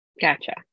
Gotcha